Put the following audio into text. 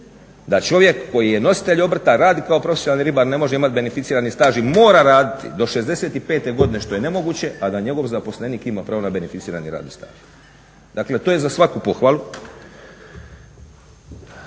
da čovjek koji je nositelj obrta radi kao profesionalni ribar ne može imati beneficirani staž i mora raditi do 65 godine što je nemoguće, a da njegov zaposlenik ima pravo na beneficirani radni staž. Dakle, to je za svaku pohvalu.